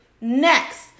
Next